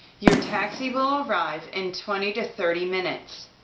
your taxi will arrive in twenty thirty minutes.